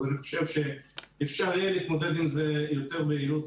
אז אני חושב שאפשר יהיה להתמודד עם זה יותר ביעילות,